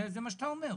זה מה שאתה אומר.